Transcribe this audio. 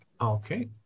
okay